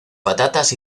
patatas